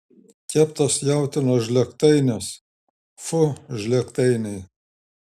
keptas jautienos žlėgtainis fu žlėgtainiai